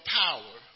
power